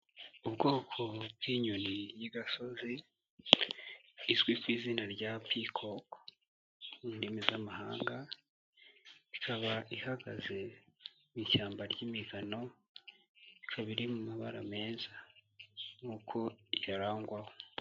Ubwoko bw'inyoni y'igasozi izwi ku izina rya picok mu ndimi z'amahanga, ikaba ihagaze ishyamba ry'imigano, ikaba iri mu mabara meza nk'uko ayirangwaho.